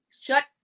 Shut